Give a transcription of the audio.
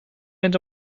into